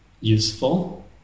useful